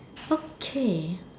okay